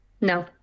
No